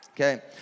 Okay